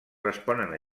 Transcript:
responen